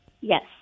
Yes